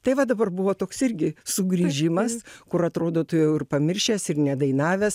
tai va dabar buvo toks irgi sugrįžimas kur atrodo tu jau ir pamiršęs ir nedainavęs